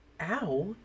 Ow